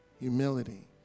humility